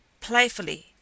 Playfully